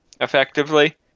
effectively